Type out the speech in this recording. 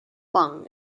bung